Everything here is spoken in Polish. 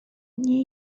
nie